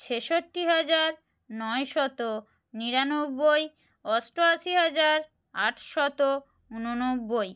ছেষট্টি হাজার নয়শত নিরানব্বই অষ্টআশি হাজার আটশত উননব্বই